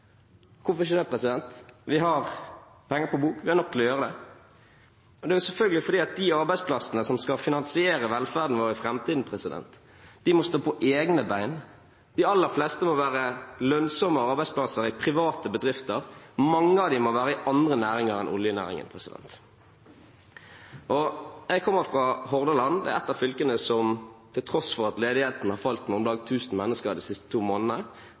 Hvorfor ikke det – vi har penger på bok, vi har nok til å gjøre det? Det er selvfølgelig fordi de arbeidsplassene som skal finansiere velferden vår i framtiden, må stå på egne bein. De aller fleste må være lønnsomme arbeidsplasser i private bedrifter. Mange av dem må være i andre næringer enn oljenæringen. Jeg kommer fra Hordaland. Det er et av fylkene som til tross for at ledigheten har falt med om lag tusen mennesker de siste to månedene,